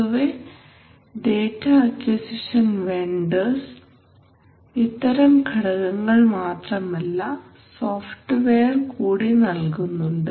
പൊതുവേ data acquisition vendors ഇത്തരം ഘടകങ്ങൾ മാത്രമല്ല സോഫ്റ്റ്വെയർ കൂടി നൽകുന്നുണ്ട്